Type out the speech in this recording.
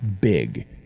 big